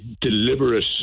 deliberate